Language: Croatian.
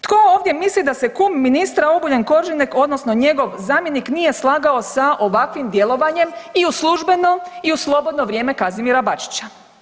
Tko ovdje misli da se kum ministra Obuljen Koržinek odnosno njegov zamjenik nije slagao sa ovakvim djelovanjem i u službeno i u slobodno vrijeme Kazimira Bačića.